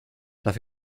darf